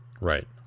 right